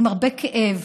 עם הרבה כאב